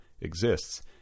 exists